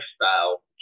lifestyle